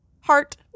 Heart